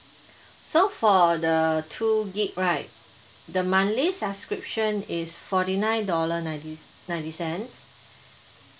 so for the two G_B right the monthly subscription is forty nine dollar nineties ninety cents